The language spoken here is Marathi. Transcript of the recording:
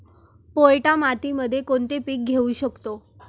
पोयटा मातीमध्ये कोणते पीक घेऊ शकतो?